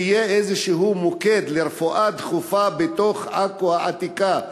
שיהיה איזשהו מוקד לרפואה דחופה בתוך עכו העתיקה.